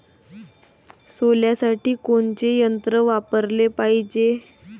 सोल्यासाठी कोनचं यंत्र वापराले पायजे?